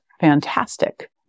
fantastic